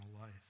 life